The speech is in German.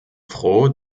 froh